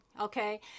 okay